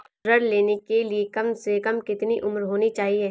ऋण लेने के लिए कम से कम कितनी उम्र होनी चाहिए?